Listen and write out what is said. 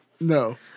No